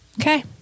Okay